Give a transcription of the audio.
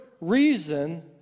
reason